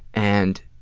and